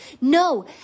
No